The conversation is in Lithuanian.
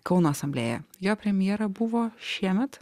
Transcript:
kauno asamblėja jo premjera buvo šiemet